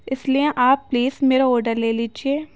اس لیے آپ پلیز میرا آرڈر لے لیجیے